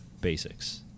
basics